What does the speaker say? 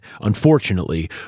unfortunately